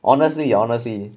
honestly honestly